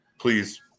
please